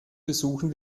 besuchen